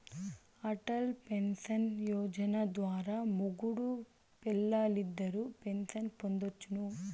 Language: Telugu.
అటల్ పెన్సన్ యోజన ద్వారా మొగుడూ పెల్లాలిద్దరూ పెన్సన్ పొందొచ్చును